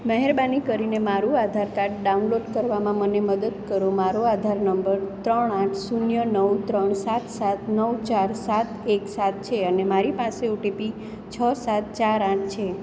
મહેરબાની કરીને મારું આધાર કાર્ડ ડાઉનલોડ કરવામાં મને મદદ કરો મારો આધાર નંબર ત્રણ આઠ શૂન્ય નવ ત્રણ સાત સાત નવ ચાર સાત એક સાત છે અને મારી પાસે ઓટીપી છ સાત ચાર આઠ છે